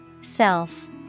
Self